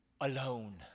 alone